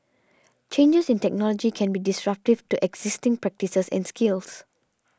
changes in technology can be disruptive to existing practices and skills